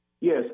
yes